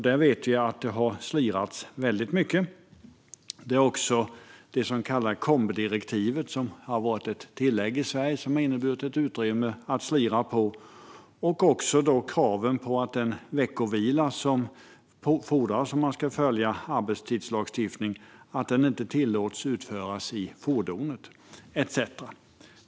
Där vet vi att det har slirats väldigt mycket. Det handlar också om det så kallade kombidirektivet, som har varit ett tillägg i Sverige som har inneburit ett utrymme att slira på, liksom om kraven på att den veckovila som fordras om man ska följa arbetstidslagstiftningen inte tillåts ske i fordonet.